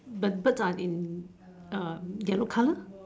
the birds are in yellow colour